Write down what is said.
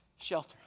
shelter